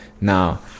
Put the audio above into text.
now